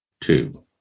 Two